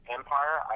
Empire